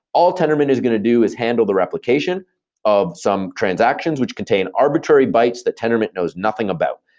all tendermint is going to do is handle the replication of some transactions, which contain arbitrary bites that tendermint knows nothing about.